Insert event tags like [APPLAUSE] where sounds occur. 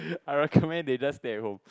I recommend [LAUGHS] they just stay at home